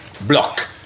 block